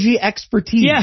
expertise